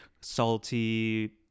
salty